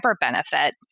benefit